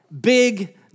big